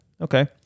Okay